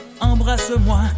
embrasse-moi